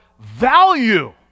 value